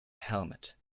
helmet